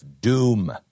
doom